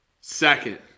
Second